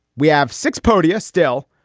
we have six podiums still,